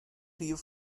rhif